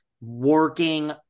working